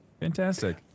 Fantastic